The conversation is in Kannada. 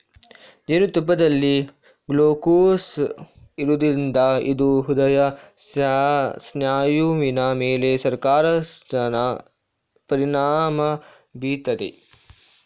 ಜೇನುತುಪ್ಪದಲ್ಲಿ ಗ್ಲೂಕೋಸ್ ಇರೋದ್ರಿಂದ ಇದು ಹೃದಯ ಸ್ನಾಯುವಿನ ಮೇಲೆ ಸಕಾರಾತ್ಮಕ ಪರಿಣಾಮ ಬೀರ್ತದೆ